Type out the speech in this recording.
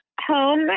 home